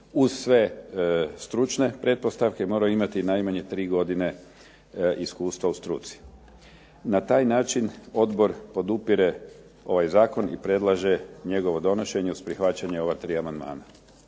uz sve stručne pretpostavke morao imati i najmanje tri godine iskustva u struci. Na taj način odbor podupire ovaj zakon i predlaže njegovo donošenje uz prihvaćanje ova tri amandmana.